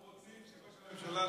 אנחנו רוצים שראש הממשלה,